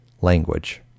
language